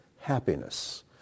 happiness